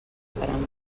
faran